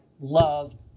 love